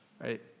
right